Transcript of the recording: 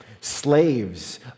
Slaves